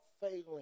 failing